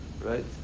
right